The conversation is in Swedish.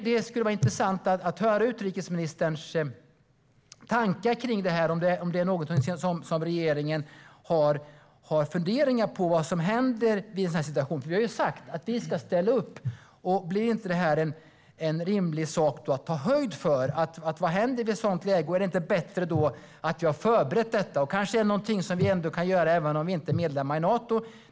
Det skulle vara intressant att höra utrikesministerns tankar om det. Funderar regeringen på vad som skulle hända i en sådan situation? Vi har sagt att vi ska ställa upp. Är det inte rimligt att ta höjd för vad som kan hända i ett sådant läge? Är det inte bättre att ha förberett detta? Vi kanske kan förbereda för det även om vi inte är medlemmar i Nato.